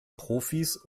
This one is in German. profis